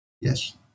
Yes